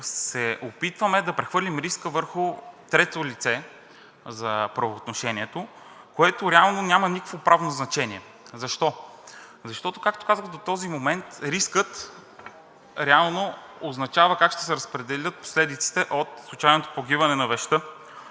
се опитваме да прехвърлим риска върху трето лице за правоотношението, което реално няма никакво правно значение. Защо? Защото, както казах до този момент, рискът реално означава как ще се разпределят последиците от случайното погиване на вещта.